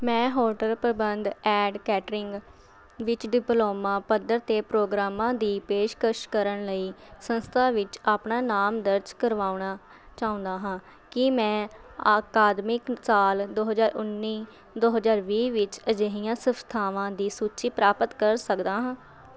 ਮੈਂ ਹੋਟਲ ਪ੍ਰਬੰਧ and catering ਵਿੱਚ ਡਿਪਲੋਮਾ ਪੱਧਰ 'ਤੇ ਪ੍ਰੋਗਰਾਮਾਂ ਦੀ ਪੇਸ਼ਕਸ਼ ਕਰਨ ਲਈ ਸੰਸਥਾ ਵਿੱਚ ਆਪਣਾ ਨਾਮ ਦਰਜ ਕਰਵਾਉਣਾ ਚਾਹੁੰਦਾ ਹਾਂ ਕੀ ਮੈਂ ਅਕਾਦਮਿਕ ਸਾਲ ਦੋ ਹਜ਼ਾਰ ਉੱਨੀ ਦੋ ਹਜ਼ਾਰ ਵੀਹ ਵਿੱਚ ਅਜਿਹੀਆਂ ਸੰਸਥਾਵਾਂ ਦੀ ਸੂਚੀ ਪ੍ਰਾਪਤ ਕਰ ਸਕਦਾ ਹਾਂ